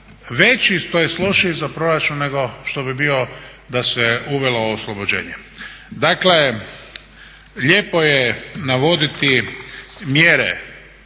veći tj. lošiji za proračun nego što bi bio da se uvelo oslobođenje. Dakle lijepo je navoditi mjere